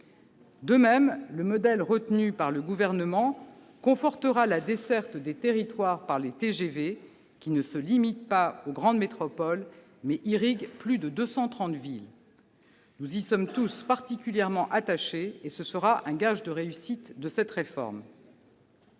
De même, le modèle retenu par le Gouvernement confortera la desserte des territoires par les trains à grande vitesse, les TGV, qui ne se limite pas aux grandes métropoles, mais irrigue plus de deux cent trente villes. Nous y sommes tous particulièrement attachés, et ce sera un gage de réussite de cette réforme.